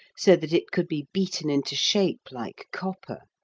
so that it could be beaten into shape like copper.